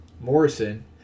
morrison